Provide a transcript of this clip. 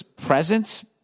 presence